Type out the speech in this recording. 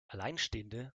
alleinstehende